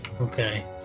Okay